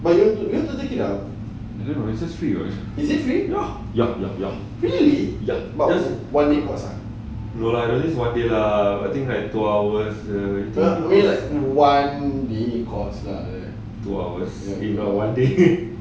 you want to take it up is it free really but is it one year course I mean like one day course lah